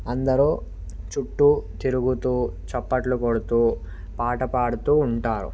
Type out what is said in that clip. అందరూ చుట్టూ తిరుగుతూ చప్పట్లు కొడుతూ పాట పాడుతూ ఉంటారు